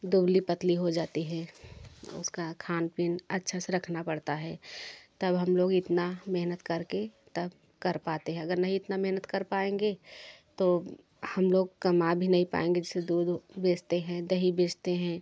दुबली पतली हो जाती है उसका खान पीन अच्छा से रखना पड़ता है तब हम लोग इतना मेहनत करके तब कर पाते हैं अगर नहीं इतना मेहनत कर पाएँगे तो हम लोग कमा भी नहीं पाएँगे जैसे दूध बेचते हैं दही बेचते हैं